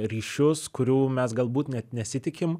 ryšius kurių mes galbūt net nesitikim